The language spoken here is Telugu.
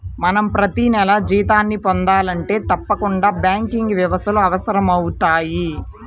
మనం ప్రతినెలా జీతాన్ని పొందాలంటే తప్పకుండా బ్యాంకింగ్ వ్యవస్థలు అవసరమవుతయ్